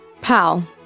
Pal